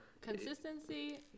consistency